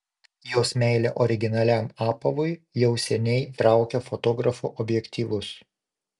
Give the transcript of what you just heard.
jos meilė originaliam apavui jau seniai traukia fotografų objektyvus